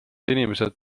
inimesed